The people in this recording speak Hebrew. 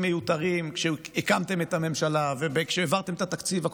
מיותרים כשהקמתם את הממשלה וכשהעברתם את התקציב.